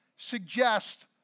suggest